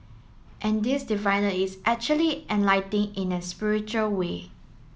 and this is actually in a spiritual way